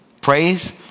Praise